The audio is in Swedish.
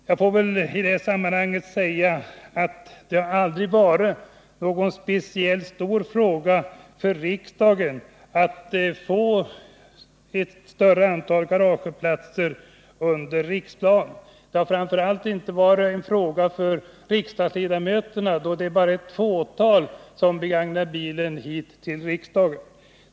Det kan väl i detta sammanhang få sägas att det aldrig varit någon speciellt stor fråga för riksdagen att få ett större antal garageplatser under riksdagshuset. Det har framför allt inte varit någon stor fråga för riksdagens ledamöter, eftersom bara ett fåtal av dessa har med sig bilen till riksdagen.